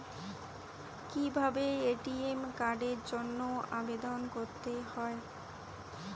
কিভাবে এ.টি.এম কার্ডের জন্য আবেদন করতে হয়?